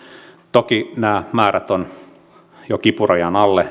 toki nämä määrät ovat jo kipurajan alle